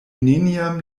neniam